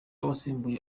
wasimbuye